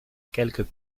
quelques